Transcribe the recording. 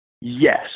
Yes